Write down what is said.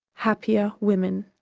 happier women.